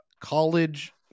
college